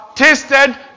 Tasted